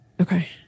Okay